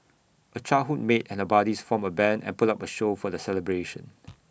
A childhood mate and buddies formed A Band and put up A show for the celebration